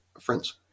friends